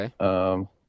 Okay